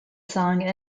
song